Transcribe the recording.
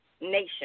nation